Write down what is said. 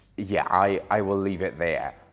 yeah, i will leave it there.